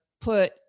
put